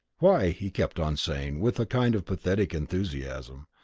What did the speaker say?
why, he kept on saying, with a kind of pathetic enthusiasm,